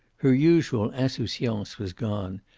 her usual insouciance was gone,